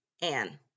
Anne